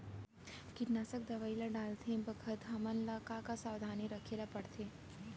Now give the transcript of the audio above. कीटनाशक दवई ल डालते बखत हमन ल का का सावधानी रखें ल पड़थे?